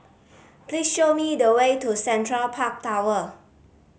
please show me the way to Central Park Tower